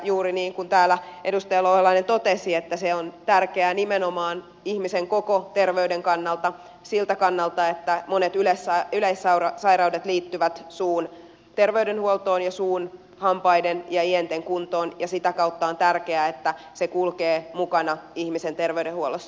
juuri niin kuin täällä edustaja louhelainen totesi se on tärkeää nimenomaan ihmisen koko terveyden kannalta siltä kannalta että monet yleissairaudet liittyvät suun terveydenhuoltoon ja suun hampaiden ja ienten kuntoon ja sitä kautta on tärkeää että se kulkee mukana ihmisen terveydenhuollossa